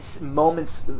moments